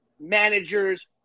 managers